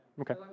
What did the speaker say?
Okay